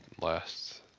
last